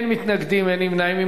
אין מתנגדים, אין נמנעים.